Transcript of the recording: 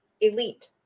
elite